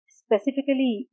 specifically